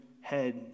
head